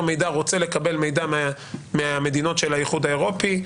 מידע רוצה לקבל מידע מהמדינות של האיחוד האירופי,